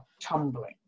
tumbling